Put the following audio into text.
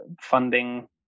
funding